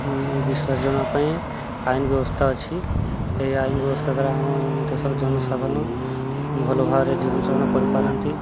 ବିଶ୍ୱାସ ଜଣାଇବା ପାଇଁ ଆଇନ ବ୍ୟବସ୍ଥା ଅଛି ଏହି ଆଇନ ବ୍ୟବସ୍ଥା ଦ୍ୱାରା ଆମ ଦେଶର ଜନ ସାଧାରଣ ଭଲଭାବରେ ଜୀବନ ଯାପନା କରିପାରନ୍ତି